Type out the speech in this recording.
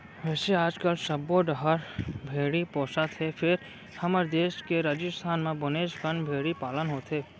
वैसे आजकाल सब्बो डहर भेड़ी पोसत हें फेर हमर देस के राजिस्थान म बनेच कन भेड़ी पालन होथे